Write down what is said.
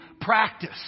practice